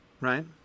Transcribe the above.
right